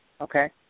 Okay